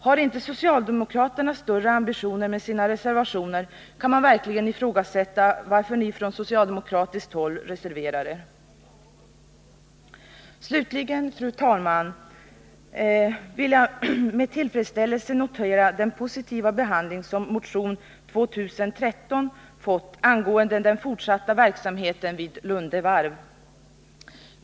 Har inte socialdemokraterna större ambitioner med sina reservationer kan man verkligen ifrågasätta varför ni från socialdemokratiskt håll reserverar er. Slutligen vill jag, fru talman, med tillfredsställelse notera den positiva behandling motion 2013 angående den fortsatta verksamheten vid Lunde Varv har fått.